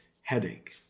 headache